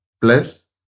plus